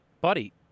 Buddy